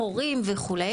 הורים וכו'.